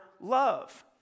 love